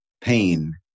pain